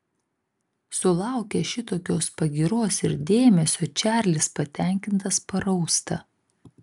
sulaukęs šitokios pagyros ir dėmesio čarlis patenkintas parausta